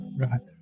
right